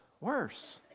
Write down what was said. Worse